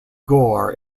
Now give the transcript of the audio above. gore